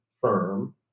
firm